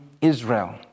Israel